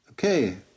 Okay